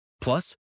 Plus